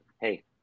hey